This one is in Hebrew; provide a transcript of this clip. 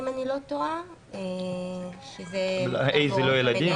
אם אני לא טועה --- כיתה ה' זה לא ילדים?